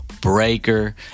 Breaker